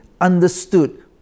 understood